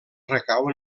recau